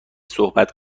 صحبت